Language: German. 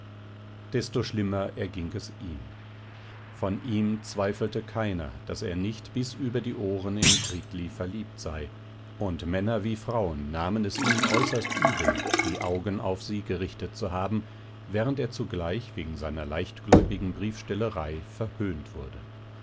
desto schlimmer erging es ihm von ihm zweifelte keiner daß er nicht bis über die ohren in gritli verliebt sei und männer wie frauen nahmen es ihm äußerst übel die augen auf sie gerichtet zu haben während er zugleich wegen seiner leichtgläubigen briefstellerei verhöhnt wurde